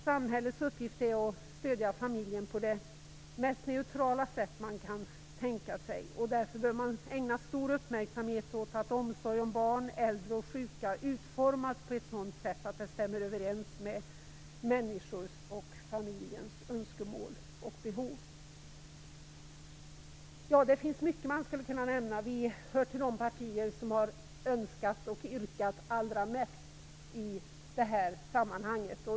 Samhällets uppgift är att stödja familjen på det mest neutrala sätt som man kan tänka sig. Därför bör man ägna stor uppmärksamhet åt att omsorg om barn, äldre och sjuka utformas på ett sådant sätt att det stämmer överens med människornas och familjens önskemål och behov. Det finns mycket som man skulle kunna nämna. Vi hör till de partier som har önskat och yrkat allra mest i detta sammanhang.